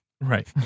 Right